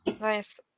Nice